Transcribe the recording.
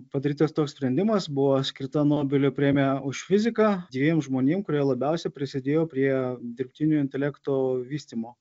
padarytas toks sprendimas buvo skirta nobelio premija už fiziką dviem žmonėm kurie labiausiai prisidėjo prie dirbtinio intelekto vystymo